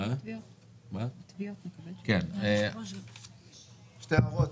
שתי הערות.